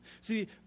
See